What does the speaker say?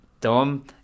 Dom